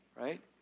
right